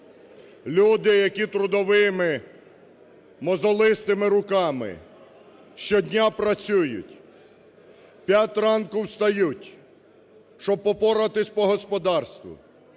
люди, які трудовими, мозолистими руками щодня працюють, у п'ять ранку встають, щоб попоратися по господарству,